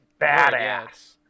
badass